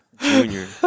Junior